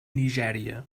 nigèria